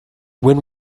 when